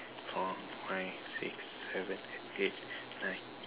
four five six seven eight nine